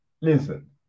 listen